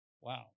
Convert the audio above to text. Wow